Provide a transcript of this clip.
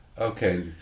Okay